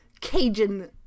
Cajun